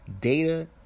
Data